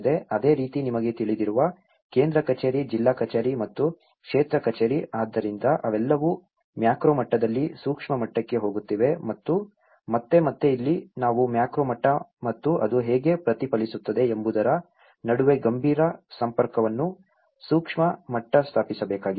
ಅದೇ ರೀತಿ ನಿಮಗೆ ತಿಳಿದಿರುವ ಕೇಂದ್ರ ಕಚೇರಿ ಜಿಲ್ಲಾ ಕಚೇರಿ ಮತ್ತು ಕ್ಷೇತ್ರ ಕಚೇರಿ ಆದ್ದರಿಂದ ಅವೆಲ್ಲವೂ ಮ್ಯಾಕ್ರೋ ಮಟ್ಟದಲ್ಲಿ ಸೂಕ್ಷ್ಮ ಮಟ್ಟಕ್ಕೆ ಹೋಗುತ್ತಿವೆ ಮತ್ತು ಮತ್ತೆ ಮತ್ತೆ ಇಲ್ಲಿ ನಾವು ಮ್ಯಾಕ್ರೋ ಮಟ್ಟ ಮತ್ತು ಅದು ಹೇಗೆ ಪ್ರತಿಫಲಿಸುತ್ತದೆ ಎಂಬುದರ ನಡುವೆ ಗಂಭೀರ ಸಂಪರ್ಕವನ್ನು ಸೂಕ್ಷ್ಮ ಮಟ್ಟ ಸ್ಥಾಪಿಸಬೇಕಾಗಿದೆ